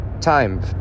time